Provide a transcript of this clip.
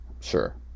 Sure